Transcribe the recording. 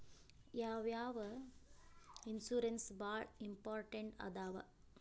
ಯಾವ್ಯಾವ ಇನ್ಶೂರೆನ್ಸ್ ಬಾಳ ಇಂಪಾರ್ಟೆಂಟ್ ಅದಾವ?